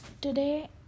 today